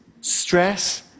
stress